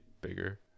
bigger